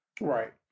Right